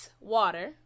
water